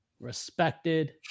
respected